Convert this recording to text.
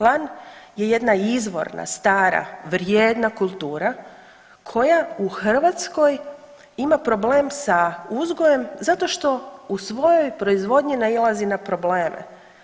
Lan je jedna izvorna, stara, vrijedna kultura koja u Hrvatskoj ima problem sa uzgojem zato što u svojoj proizvodnji nailazi na probleme.